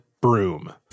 broom